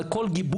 על כל גיבוש,